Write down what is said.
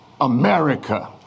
America